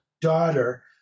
daughter